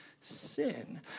sin